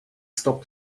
stop